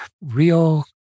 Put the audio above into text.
real